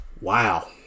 Wow